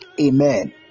amen